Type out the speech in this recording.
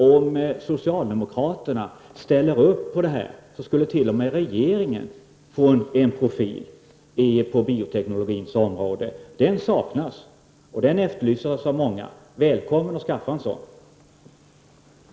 Om socialdemokraterna ställer sig bakom vårt förslag, skulle t.o.m. regeringen få en profil när det gäller bioteknologins område. En sådan saknas, men efterlyses av många. Välkommen att skaffa en sådan profil.